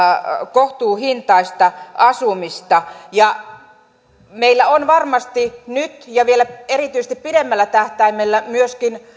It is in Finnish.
kohtuuhintaista asumista meillä on varmasti nyt ja vielä erityisesti pidemmällä tähtäimellä myöskin